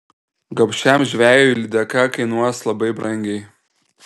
gobšiam žvejui lydeka kainuos labai brangiai